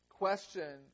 question